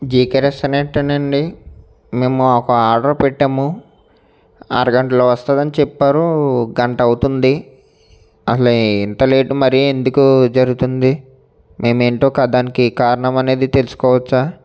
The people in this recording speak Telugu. జీకే రెస్టారెంటేనండీ మేము ఒక ఆర్డర్ పెట్టాము అరగంటల్లో వస్తాయని చెప్పారు గంట అవుతుంది అసల్ ఇంత లేటు మరే ఎందుకు జరుగుతుంది మేము ఏంటో కదా దానికి కారణం అనేది తెలుసుకోవచ్చా